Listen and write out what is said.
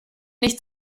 nicht